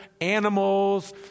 animals